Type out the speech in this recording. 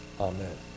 Amen